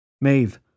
Maeve